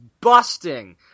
busting